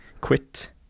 quit